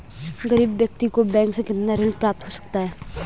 गरीब व्यक्ति को बैंक से कितना ऋण प्राप्त हो सकता है?